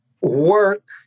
work